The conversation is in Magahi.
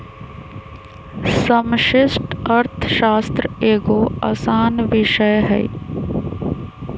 समष्टि अर्थशास्त्र एगो असान विषय हइ